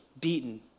beaten